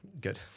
Good